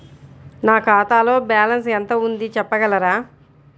నా ఖాతాలో బ్యాలన్స్ ఎంత ఉంది చెప్పగలరా?